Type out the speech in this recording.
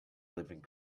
living